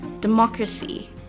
democracy